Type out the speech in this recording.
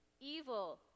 evil